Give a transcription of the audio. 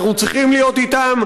אנחנו צריכים להיות אתם.